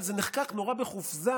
אבל זה נחקק נורא בחופזה,